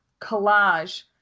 collage